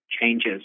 changes